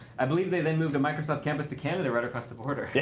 i believe they then moved the microsoft campus to canada right across the border. yeah